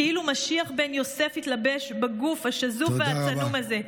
כאילו משיח בן יוסף התלבש בגוף השזוף והצנום הזה.